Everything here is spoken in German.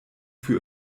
für